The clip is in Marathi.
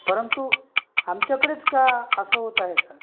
परंतु आमच्याकडेच का असं होत आहे सर